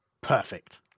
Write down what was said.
Perfect